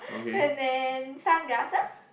and then sunglasses